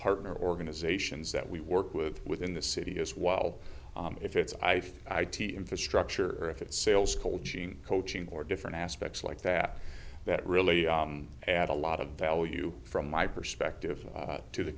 partner organizations that we work with within the city as well if it's i i t infrastructure or if it's sales coaching coaching or different aspects like that that really add a lot of value from my perspective to the